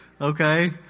Okay